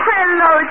Hello